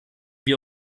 wir